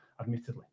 admittedly